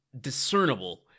discernible